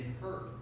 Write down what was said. hurt